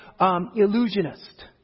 illusionist